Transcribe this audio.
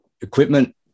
equipment